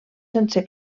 sense